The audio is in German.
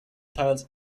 teils